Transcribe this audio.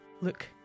Look